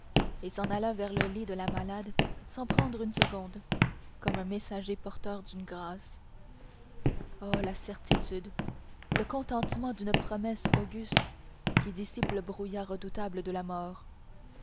et s'en alla vers le lit de la malade sans perdre une seconde comme un messager porteur d'une grâce oh la certitude le contentement d'une promesse auguste qui dissipe le brouillard redoutable de la mort